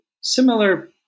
similar